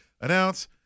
Announce